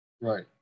Right